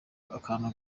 akantu